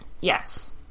Yes